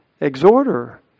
exhorter